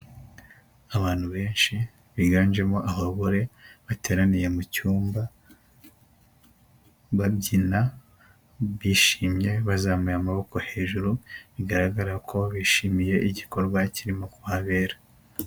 Abantu benshi biganjemo abagore bateraniye mu cyumba babyina, bishimye, bazamuye amaboko hejuru bigaragara ko bishimiye igikorwa kirimo kuhabera.